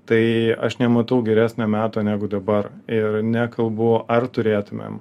tai aš nematau geresnio meto negu dabar ir nekalbu ar turėtumėm